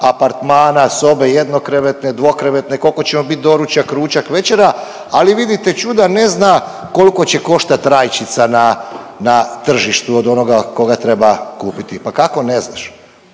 apartmana, sobe jednokrevetne, dvokrevetne, koliko će mu biti doručak, ručak, večera, ali vidite čuda, ne zna koliko će koštati rajčica na tržištu od onoga koga treba kupiti. Pa kako ne znaš?